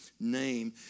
name